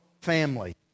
family